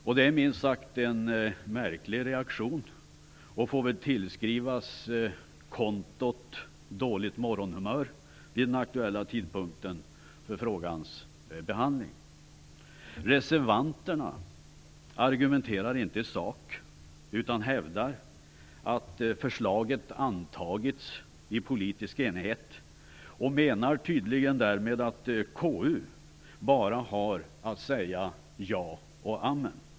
Detta är en minst sagt märklig reaktion, som väl får skrivas på kontot dåligt morgonhumör vid den tidpunkt då den aktuella frågan behandlades. Reservanterna argumenterar inte i sak utan hävdar att förslaget antagits i politisk enighet. Därmed menar de tydligen att KU bara har att säga ja och amen.